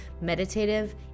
meditative